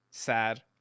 Sad